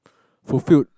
fulfilled